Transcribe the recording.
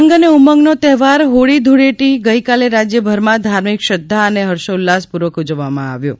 રંગ અને ઉમંગનો તહેવાર હોળી ધૂળેટી ગઇકાલે રાજયભરમાં ધાર્મિક શ્રધ્ધા અને હર્ષોઉલ્લાસપૂર્વક ઉજવવામાં આવ્યો છે